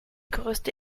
größte